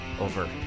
over